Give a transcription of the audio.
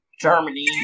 Germany